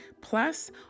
Plus